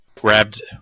grabbed